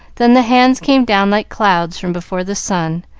then the hands came down like clouds from before the sun,